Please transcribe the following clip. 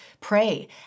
Pray